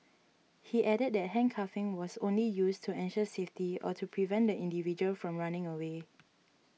he added that handcuffing was only used to ensure safety or to prevent the individual from running away